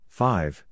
five